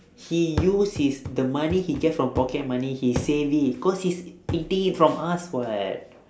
he use his the money he get from pocket money he save it cause he's taking it from us [what]